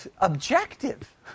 objective